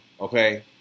okay